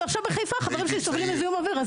ועכשיו בחיפה חברים שלי סובלים מזיהום אוויר,